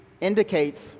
indicates